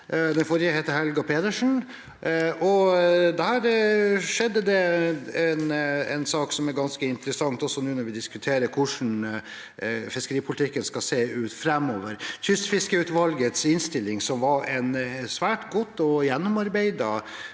Den forrige heter Helga Pedersen, og der skjedde det en sak som er ganske interessant, også nå når vi diskuterer hvordan fiskeripolitikken skal se ut framover. Kystfiskeutvalgets innstilling, som var en svært god og gjennomarbeidet